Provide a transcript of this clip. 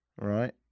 Right